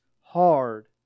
hard